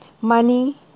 money